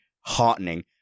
heartening